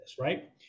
right